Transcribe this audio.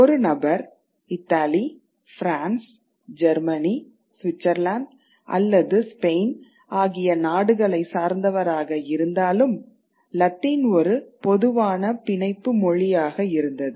ஒரு நபர் Italy France Germany Switzerland அல்லது ஸ்பெயின் ஆகிய நாடுகளை சார்ந்தவராக இருந்தாலும் லத்தீன் ஒரு பொதுவான பிணைப்பு மொழியாக இருந்தது